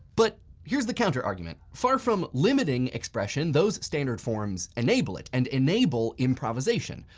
but here's the counter argument. far from limiting expression, those standard forms enable it and enable improvisation.